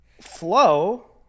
Flow